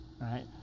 right